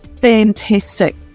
fantastic